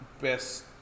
best